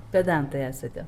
pedantai esate